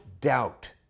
doubt